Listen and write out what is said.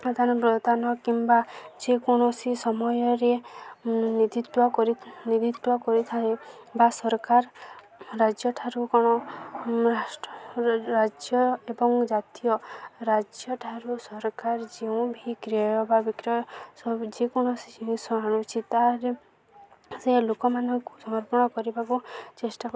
ପ୍ରଦାନ ପ୍ରଦାନ କିମ୍ବା ଯେକୌଣସି ସମୟରେ ନିଧିତ୍ୱ କରି ନିଧିତ୍ୱ କରିଥାଏ ବା ସରକାର ରାଜ୍ୟଠାରୁ କ'ଣ ରାଷ୍ଟ୍ର ରାଜ୍ୟ ଏବଂ ଜାତୀୟ ରାଜ୍ୟଠାରୁ ସରକାର ଯେଉଁ ଭି କ୍ରୟ ବା ବିକ୍ରୟ ଯେକୌଣସି ଜିନିଷ ଆଣୁଛି ତାରେ ସେ ଲୋକମାନଙ୍କୁ ସମର୍ପଣ କରିବାକୁ ଚେଷ୍ଟା କର